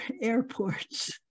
airports